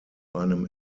einem